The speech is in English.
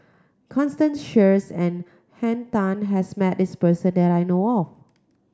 Constance Sheares and Henn Tan has met this person that I know of